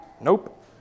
Nope